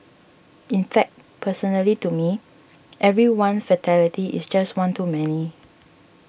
in fact personally to me every one fatality is just one too many